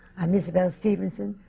i'm isabelle stevenson,